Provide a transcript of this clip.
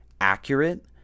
accurate